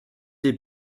des